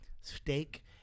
steak